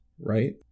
right